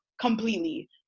completely